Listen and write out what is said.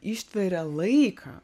ištveria laiką